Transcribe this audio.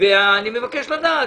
ואני מבקש לדעת,